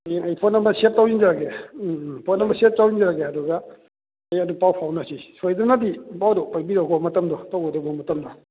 ꯍꯌꯦꯡ ꯑꯩ phone number save ꯇꯧꯁꯤꯟꯖꯔꯒꯦ ꯎꯝ ꯎꯝ ꯐꯣꯟ ꯅꯝꯕꯔ ꯁꯦꯕ ꯇꯧꯁꯤꯟꯖꯔꯒꯦ ꯑꯗꯨꯒ ꯍꯌꯦꯡ ꯑꯗꯨꯝ ꯄꯥꯎ ꯐꯥꯎꯅꯔꯁꯤ ꯁꯣꯏꯗꯅꯗꯤ ꯄꯥꯎꯗꯣ ꯐꯥꯎꯕꯤꯔꯛꯎꯀꯣ ꯃꯇꯝꯗꯣ ꯇꯧꯕꯇꯕꯨ ꯃꯇꯝꯗꯣ